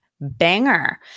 Banger